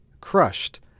Crushed